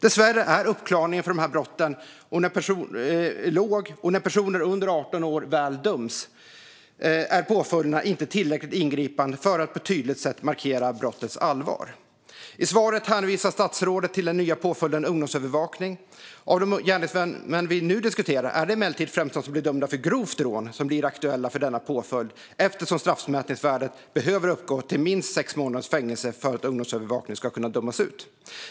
Dessvärre är uppklaringsgraden av de här brotten låg, och när personer under 18 år väl döms är påföljderna inte tillräckligt ingripande för att på ett tydligt sätt markera brottets allvar. I svaret hänvisar statsrådet till den nya påföljden ungdomsövervakning. Av de gärningsmän vi nu diskuterar är det emellertid främst de som blir dömda för grovt rån som blir aktuella för denna påföljd eftersom straffmätningsvärdet behöver uppgå till minst sex månaders fängelse för att ungdomsövervakning ska kunna dömas ut.